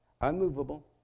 unmovable